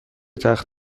تخت